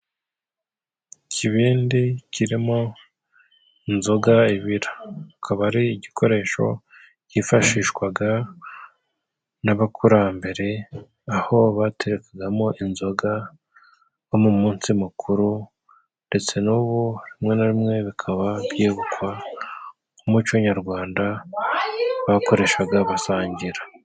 Ikibindi kirimo inzoga ibira akaba ari igikoresho cyifashishwaga n'abakurambere aho baterekagamo inzoga nko mu munsi mukuru ndetse n'ubu rimwe na rimwe bikaba byibukwa umuco nyarwanda bakoreshaga basangira.